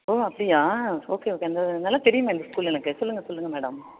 ஓ அப்படியா okay okay அந்த நல்லா தெரியும் அந்த ஸ்கூல் எனக்கு சொல்லுங்கள் சொல்லுங்கள் மேடம்